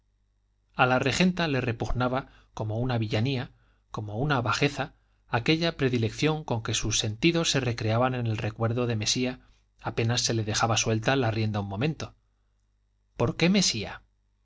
a la regenta le repugnaba como una villanía como una bajeza aquella predilección con que sus sentidos se recreaban en el recuerdo de mesía apenas se les dejaba suelta la rienda un momento por qué mesía